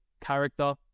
character